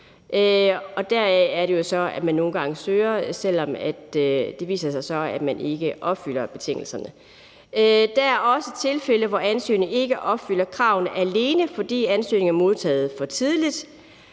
Der er også tilfælde, hvor ansøgningen ikke opfylder kravene, alene fordi ansøgningen er modtaget for tidligt.